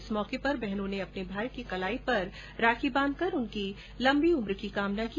इस मौके पर बहनों ने अपने भाई की कलाई पर राखी बांधकर उनकी लम्बी उम्र की कामना की